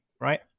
right